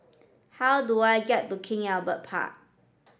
how do I get to King Albert Park